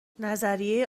نظریه